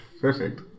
perfect